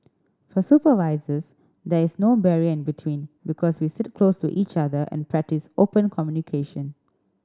for supervisors there is no barrier in between because we sit close to each other and practice open communication